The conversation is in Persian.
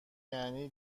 یعنی